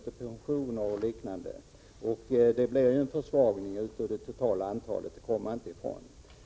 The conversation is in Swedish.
Man kan inte komma ifrån att detta medför en minskning av det totala antalet.